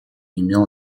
имел